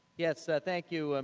yes, ah thank you, and